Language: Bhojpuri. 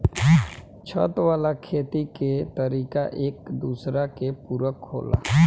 छत वाला खेती के तरीका एक दूसरा के पूरक होला